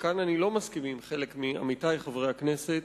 וכאן אני לא מסכים עם חלק מעמיתי חברי הכנסת,